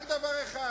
רק דבר אחד.